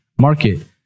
market